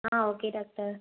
ah okay doctor